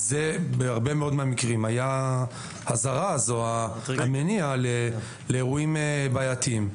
בהרבה מאוד מהמקרים זה היה הזרז או המניע לאירועים בעייתיים.